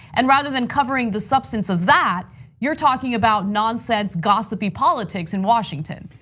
and rather than covering the substance of that you're talking about nonsense gossipy politics in washington.